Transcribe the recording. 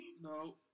No